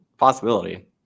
Possibility